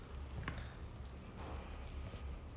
maybe because his son started acting